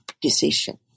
decision